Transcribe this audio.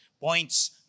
points